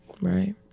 Right